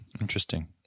Interesting